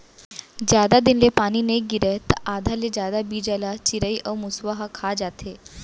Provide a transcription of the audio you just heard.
जादा दिन ले पानी नइ गिरय त आधा ले जादा बीजा ल चिरई अउ मूसवा ह खा जाथे